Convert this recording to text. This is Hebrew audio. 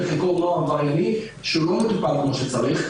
וחלקו נוער עברייני שלא מטופל כמו שצריך.